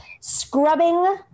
scrubbing